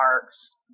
parks